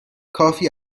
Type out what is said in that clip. کافی